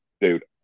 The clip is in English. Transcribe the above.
dude